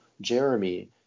jeremy